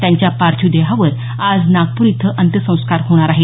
त्यांच्या पार्थिव देहावर आज नागपूर इथं अंत्यसंस्कार होणार आहेत